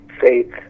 faith